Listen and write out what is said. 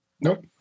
Nope